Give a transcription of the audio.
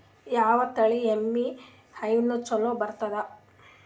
ಯಾವ ತಳಿ ಎಮ್ಮಿ ಹೈನ ಚಲೋ ಬರ್ತದ?